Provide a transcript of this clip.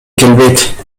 келбейт